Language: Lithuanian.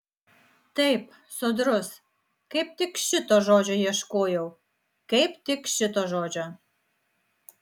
taip sodrus kaip tik šito žodžio ieškojau kaip tik šito žodžio